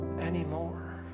anymore